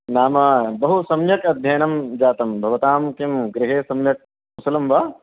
नाम बहुसम्यक् अध्ययनं जातं भवतां किं गृहे सम्यक् कुशलं वा